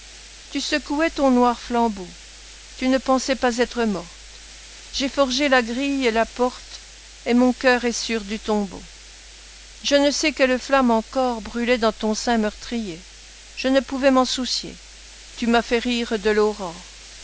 tu secouais ton noir flambeau tu ne pensais pas être morte j'ai forgé la grille et la porte et mon cœur est sûr du tombeau je ne sais quelle flamme encore brûlait dans ton sein meurtrier je ne pouvais m'en soucier tu m'as fait rire de l'aurore